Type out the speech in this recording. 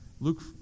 Luke